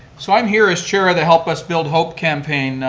so, i'm here as chair of the help us build hope campaign.